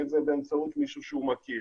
אם זה באמצעות מישהו שהוא מכיר,